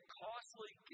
costly